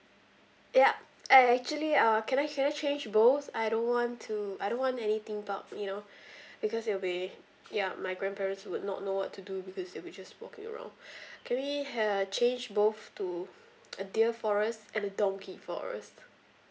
ya eh actually uh can I can I change both I don't want to I don't want anything bulk you know because they'll be ya my grandparents would not know what to do because they would just be walking around can we uh change both to deer forest and donkey forest